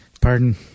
pardon